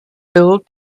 built